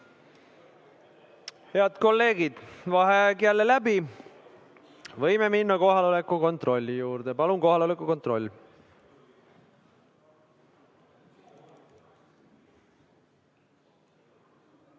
Head kolleegid, vaheaeg jälle läbi. Võime minna kohaloleku kontrolli juurde. Palun kohaloleku kontroll!